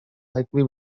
likely